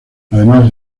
además